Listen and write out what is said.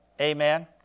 Amen